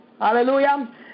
hallelujah